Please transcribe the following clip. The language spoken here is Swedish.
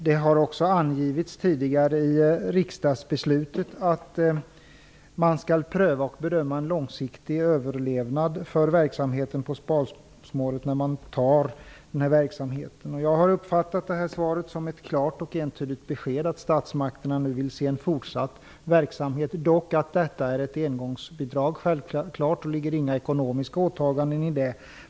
Det har också angivits tidigare i riksdagsbeslutet att man skall pröva och bedöma en långsiktig överlevnad för verksamheten på smalspåret. Jag har uppfattat svaret som ett klart och entydigt besked om att statsmakterna nu vill se fortsatt verksamhet. Dock är detta självfallet ett engångsbidrag, och det ligger därför inga ekonomiska åtaganden i det.